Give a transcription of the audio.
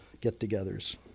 get-togethers